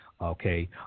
okay